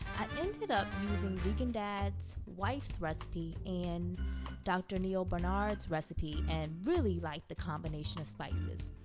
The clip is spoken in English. ended up using vegan dad's wife's recipe and dr. neal barnard's recipe and really like the combination of spices.